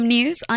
News